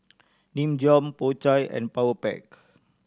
Nin Jiom Po Chai and Powerpac